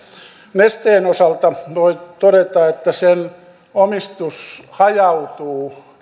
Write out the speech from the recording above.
nesteen osalta voi todeta että sen omistus hajautuu